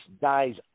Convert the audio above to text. dies